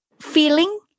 feeling